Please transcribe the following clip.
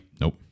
nope